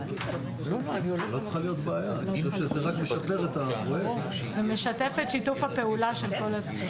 זה משתף את שיתוף הפעולה של כל הצדדים.